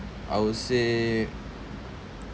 I would say